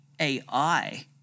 AI